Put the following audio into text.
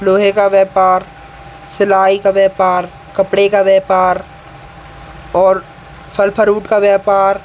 लोहे का व्यापार सिलाई का व्यापार कपड़े का व्यापार और फल फरूट का व्यापार